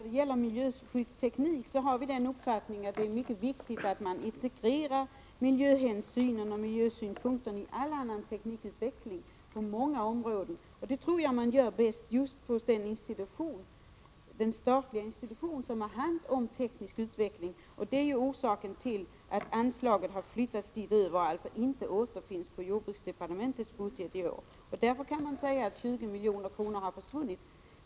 Herr talman! Till Lars Ernestam vill jag säga att vi när det gäller miljöskyddsteknik har uppfattningen att det är mycket viktigt att man integrerar miljöhänsynen och miljösynpunkterna i all annan teknikutveckling. Det tror jag att man gör bäst inom just den statliga institution som har hand om teknisk utveckling. Det är orsaken till att anslaget har överförts och alltså i år inte återfinns i jordbruksdepartementets budget. Därför kan man säga att 20 milj.kr. har försvunnit.